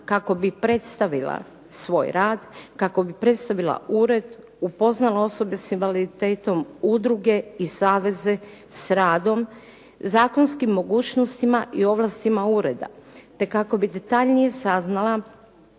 kako bi predstavila svoj rad, kako bi predstavila ured, upoznala osobe s invaliditetom, udruge i saveze s radom, zakonskim mogućnostima i ovlastima ureda te kako bi detaljnije saznala